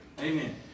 Amen